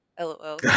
lol